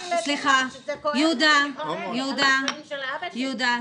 יהודה, תשמע.